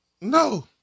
No